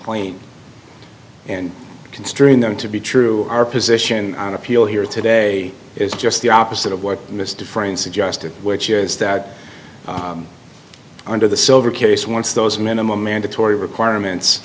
point and construing them to be true our position on appeal here today is just the opposite of what miss de freyne suggested which is that under the silver case once those minimum mandatory requirements